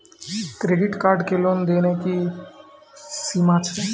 Credit card के लेन देन के की सीमा छै?